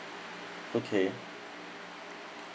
okay